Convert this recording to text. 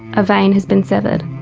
a vein has been severed.